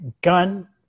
Gun